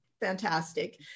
fantastic